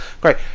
Great